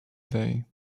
day